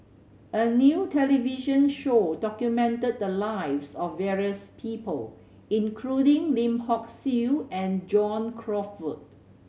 a new television show documented the lives of various people including Lim Hock Siew and John Crawfurd